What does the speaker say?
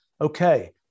okay